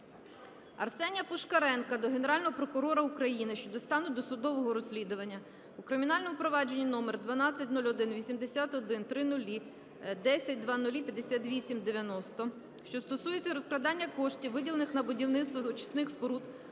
Арсенія Пушкаренка до Генерального прокурора України щодо стану досудового розслідування у кримінальному провадженні № 12018100010005890, що стосується розкрадання коштів, виділених на будівництво очисних споруд